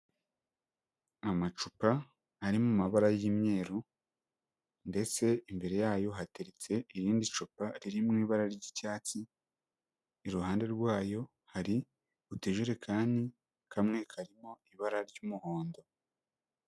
Amacupa ari mu mabara y'imyeru ndetse imbere yayo hateretse irindi cupa riri mu ibara ry'icyatsi, iruhande rwayo hari utujerekani, kamwe karimo ibara ry'umuhondo.